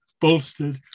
bolstered